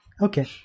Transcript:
Okay